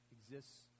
exists